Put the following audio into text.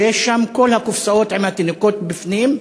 ויש שם כל הקופסאות עם התינוקות בפנים.